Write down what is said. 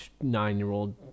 nine-year-old